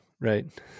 right